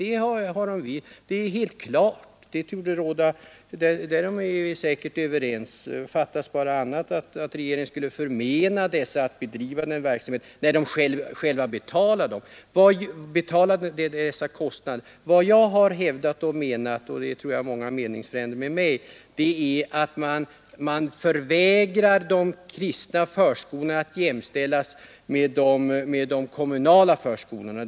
Det tror jag väl inte heller att herr Karlsson i Huskvarna gör. Det skulle bara fattas att regeringen skulle förmena de kristna organisationerna att bedriva en verksamhet som de själva betalar kostnaderna för! Vad jag hävdar — och där tror jag att jag har många meningsfränder — är att man reagerar emot att regeringen förvägrar de kristna förskolorna att bli jämställda med de kommunala.